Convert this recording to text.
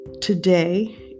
today